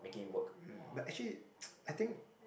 uh but actually ppo I think